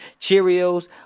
Cheerios